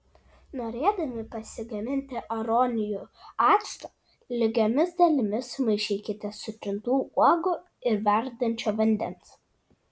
norėdami pasigaminti aronijų acto lygiomis dalimis sumaišykite sutrintų uogų ir verdančio vandens